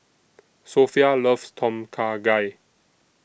Sophia loves Tom Kha Gai